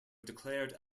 declared